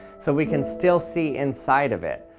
so we can still see inside of it